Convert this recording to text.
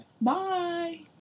Bye